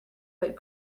but